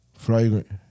Fragrant